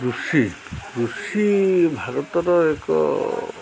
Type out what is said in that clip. କୃଷି କୃଷି ଭାରତର ଏକ